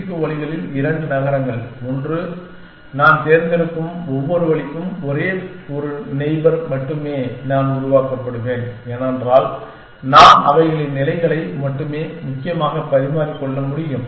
NC2 வழிகளில் இரண்டு நகரங்கள் மற்றும் நான் தேர்ந்தெடுக்கும் ஒவ்வொரு வழிக்கும் ஒரே ஒரு நெய்பர் மட்டுமே நான் உருவாக்கப்படுவேன் ஏனென்றால் நான் அவைகளின் நிலைகளை மட்டுமே முக்கியமாக பரிமாறிக்கொள்ள முடியும்